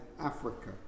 Africa